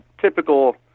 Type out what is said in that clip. typical